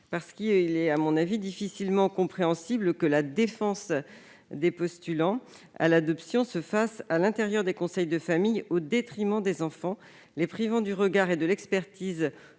sociale. Il est à mon avis difficilement compréhensible que la défense des postulants à l'adoption se fasse à l'intérieur des conseils de famille, au détriment des enfants, privant ces derniers du regard et de l'expertise